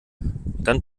dann